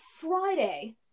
Friday